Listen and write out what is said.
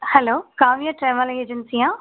hello Kavya travel ஏஜென்சியா